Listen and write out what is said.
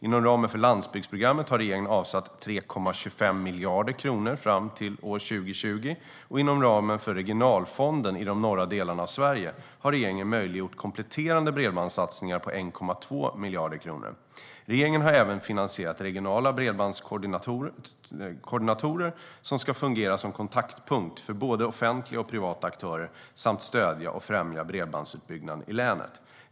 Inom ramen för landsbygdsprogrammet har regeringen avsatt 3,25 miljarder kronor fram till 2020, och inom ramen för regionalfonden i de norra delarna av Sverige har regeringen möjliggjort kompletterande bredbandssatsningar på 1,2 miljarder kronor. Regeringen har även finansierat regionala bredbandskoordinatorer, som ska fungera som kontaktpunkt för både offentliga och privata aktörer samt stödja och främja bredbandsutbyggnaden i länet.